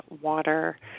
water